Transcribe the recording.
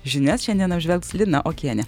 žinias šiandien apžvelgs lina okienė